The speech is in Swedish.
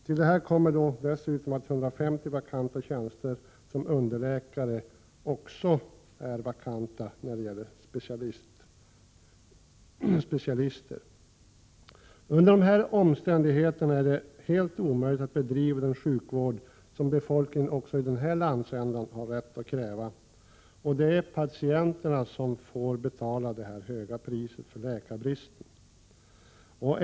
Till detta kommer 150 vakanta tjänster som underläkare för blivande specialister. Under dessa omständigheter är det helt omöjligt att bedriva den sjukvård som befolkningen även i denna landsända har rätt att kräva. Det är patienterna som får betala det höga priset för läkarbristen.